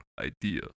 idea